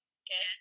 okay